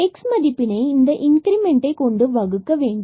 x மதிப்பினை இந்த இன்கிரிமெண்டை கொண்டு வகுக்க வேண்டும்